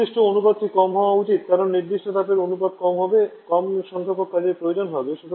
সুনির্দিষ্ট অনুপাতটি কম হওয়া উচিত কারণ নির্দিষ্ট তাপের অনুপাত কম হবে কম সংক্ষেপক কাজের প্রয়োজন হবে